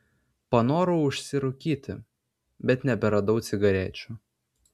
panorau užsirūkyti bet neberadau cigarečių